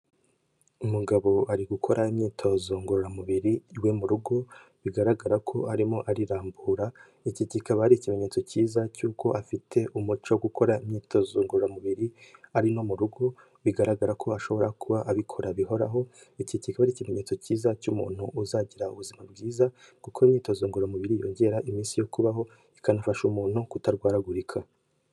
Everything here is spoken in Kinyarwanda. Umugabo ari gukora imyitozo ngororamubiri iwe mu rugo, bigaragara ko arimo arirambura, iki kikaba ari ikimenyetso cyiza cy'uko afite umuco wo gukora imyitozo ngororamubiri ari no mu rugo, bigaragara ko ashobora kuba abikora bihoraho, iki kiba ari ikimenyetso cyiza cy'umuntu uzagira ubuzima bwiza, kuko imyitozo ngoramubiri yongera iminsi yo kubaho, ikanafasha umuntu kutarwaragurika.